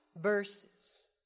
verses